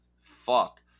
fuck